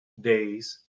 days